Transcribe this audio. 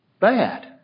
bad